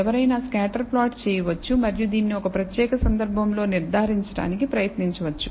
ఎవరైనా స్కాటర్ ప్లాట్లు చేయవచ్చు మరియు దీనిని ఈ ప్రత్యేక సందర్భంలో నిర్ధారించడానికి ప్రయత్నించవచ్చు